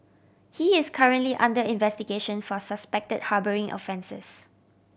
he is currently under investigation for suspect harbouring offences